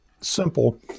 simple